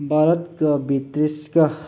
ꯚꯥꯔꯠꯀ ꯕ꯭ꯔꯤꯇꯤꯁꯀ